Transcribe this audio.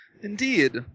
Indeed